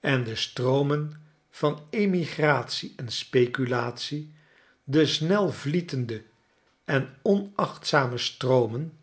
en de stroomen schetsen uit amerika van emigratie en speculate de snelvlietende en onachtzame stroomen